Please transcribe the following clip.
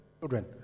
children